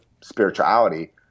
spirituality